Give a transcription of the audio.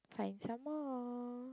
find some more